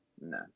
No